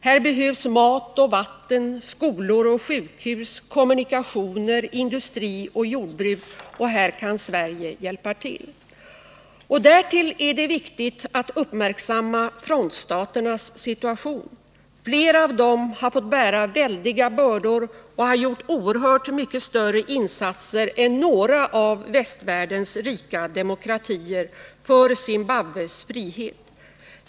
Här behövs mat och vatten, skolor och sjukhus, kommunikationer, industri och jordbruk. Och här kan Sverige hjälpa till. Därtill är det viktigt att uppmärksamma frontstaternas situation. Flera av dem har fått bära väldiga bördor och har gjort oerhört mycket större insatser än några av västvärldens rika demokratier för Zimbabwes frihet.